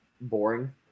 boring